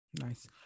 Nice